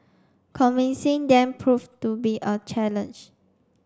convincing them proved to be a challenge